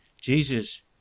Jesus